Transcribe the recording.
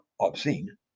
obscene